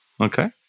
okay